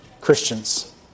Christians